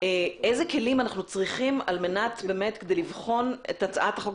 איזה כלים אנחנו צריכים על מנת לבחון את הצעת החוק,